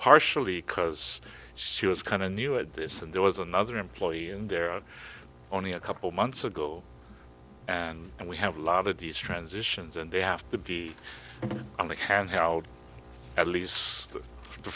partially because she was kind of new at this and there was another employee in there only a couple months ago and and we have a lot of these transitions and they have to be on the handheld at least